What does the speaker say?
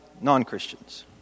Non-Christians